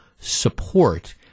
support